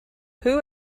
who